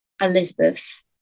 Elizabeth